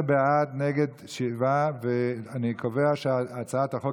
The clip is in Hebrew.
17 בעד, נגד, שבעה, אני קובע שהצעת החוק